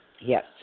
Yes